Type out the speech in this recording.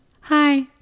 Hi